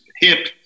hip